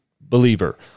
believer